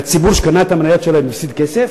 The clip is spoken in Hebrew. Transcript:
והציבור שקנה את המניות שלהן הפסיד כסף,